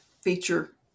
feature